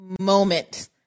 moment